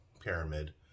pyramid